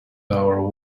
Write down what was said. hour